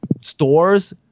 stores